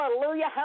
hallelujah